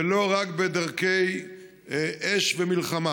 ולא רק בדרכי אש ומלחמה.